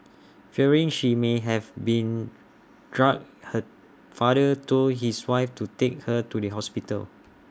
fearing she may have been drugged her father told his wife to take her to the hospital